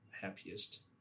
happiest